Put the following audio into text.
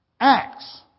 Acts